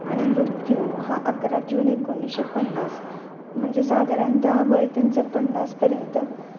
आणि मृत्यू हा अकरा जून एकोणीसशे पन्नास म्हणजे साधारणतः वय त्यांचं पन्नासपर्यंत